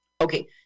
Okay